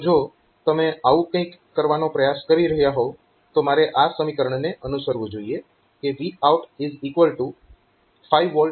તો જો તમે આવું કંઈક કરવાનો પ્રયાસ કરી રહ્યા હોવ તો મારે આ સમીકરણને અનુસરવું જોઈએ કે Vout5 V